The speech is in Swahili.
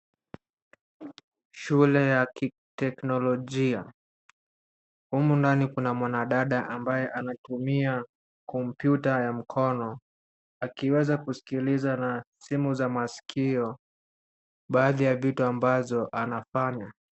Shule ya kiteknolojia. Humu ndani kuna mwanadada ambaye anatumia kompyuta ya mkono akiweza kusikiliza na simu za masikio baadhi ya vitu ambazo anafanya.